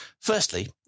firstly